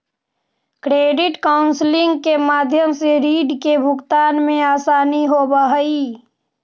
credit counselling के माध्यम से रीड के भुगतान में असानी होवऽ हई